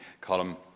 column